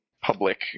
public